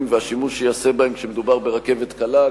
והשימוש שייעשה בהם כשמדובר ברכבת קלה.